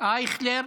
מוותר, אייכלר,